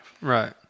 Right